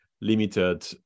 limited